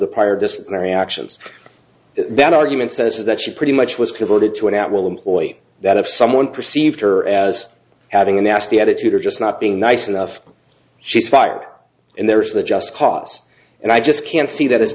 the prior disciplinary actions then argument says that she pretty much was devoted to an at will employee that if someone perceived her as having a nasty attitude or just not being nice enough she's fired and there's the just cause and i just can't see that as